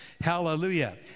Hallelujah